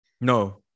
No